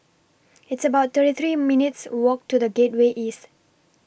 It's about thirty three minutes Walk to The Gateway East